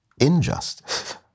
injustice